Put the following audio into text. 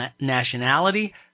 nationality